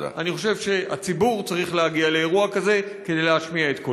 אני חושב שהציבור צריך להגיע לאירוע כזה כדי להשמיע את קולו.